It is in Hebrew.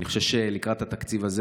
אני חושב שלקראת התקציב הזה,